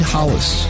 Hollis